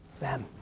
them.